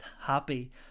happy